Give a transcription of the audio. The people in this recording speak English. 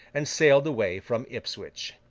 and sailed away from ipswich.